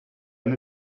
eine